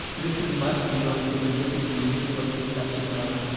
this is much beyond cooking. this is unique what you are touching now.